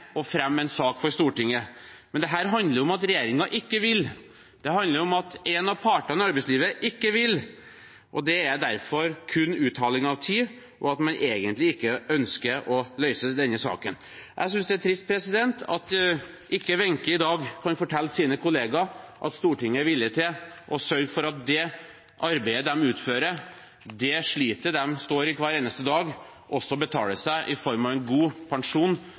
å fremme en sak for Stortinget. Men dette handler om at regjeringen ikke vil. Det handler om at en av partene i arbeidslivet ikke vil. Det er derfor kun uthaling av tid fordi man egentlig ikke ønsker å løse denne saken. Jeg synes det er trist at ikke Wenche i dag kan fortelle sine kolleger at Stortinget er villig til å sørge for at det arbeidet de utfører, det slitet de står i hver eneste dag, også betaler seg i form av en god pensjon